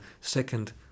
second